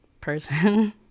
person